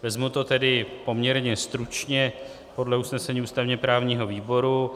Vezmu to tedy poměrně stručně podle usnesení ústavněprávního výboru.